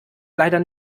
leider